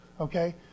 Okay